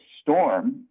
storm